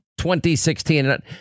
2016